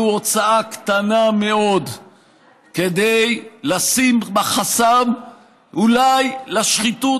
והוא הוצאה קטנה מאוד כדי לשים בה חסם אולי לשחיתות